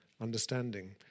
understanding